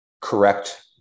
correct